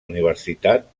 universitat